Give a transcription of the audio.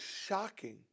shocking